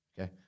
Okay